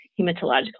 hematological